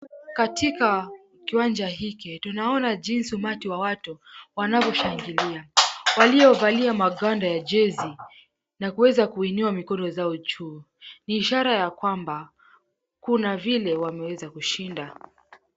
Katika kiwanja hiki tunaona jinsi umati wa watu wanavyoshangilia, waliovalia magwanda ya jezi na kuweza kuinua mikono yao juu. Ni ishara ya kwamba kuna vile wameweza kushind.